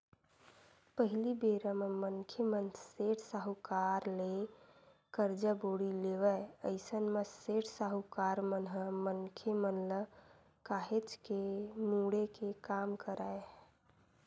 पहिली बेरा म मनखे मन सेठ, साहूकार करा ले करजा बोड़ी लेवय अइसन म सेठ, साहूकार मन ह मनखे मन ल काहेच के मुड़े के काम करय